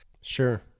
Sure